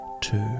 Two